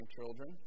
children